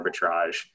arbitrage